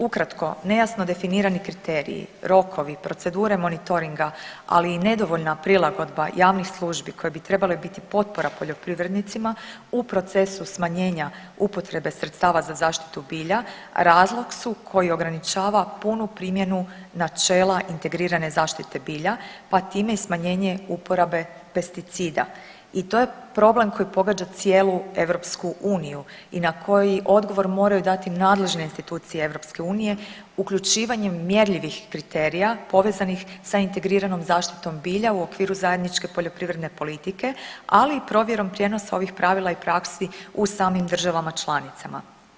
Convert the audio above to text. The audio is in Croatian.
Ukratko, nejasno definirani kriteriji, rokovi, procedure monitoringa ali i nedovoljna prilagodba javnih službi koje bi trebale biti potpora poljoprivrednicima u procesu smanjenja upotrebe sredstava za zaštitu bilja razlog su koji ograničava punu primjenu načela integrirane zaštite bilja, pa time i smanjenje uporabe pesticida i to je problem koji pogađa cijelu Europsku uniju i na koji odgovor moraju dati nadležne institucije Europske unije uključivanjem mjerljivih kriterija povezanih sa integriranom zaštitom bilja u okviru zajedničke poljoprivredne politike, ali i provjerom prijenosa ovih pravila i praksi u samim državama članicama.